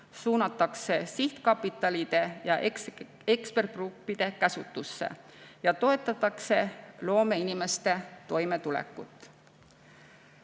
suunatakse sihtkapitalide ja ekspertgruppide käsutusse ning toetatakse loomeinimeste toimetulekut.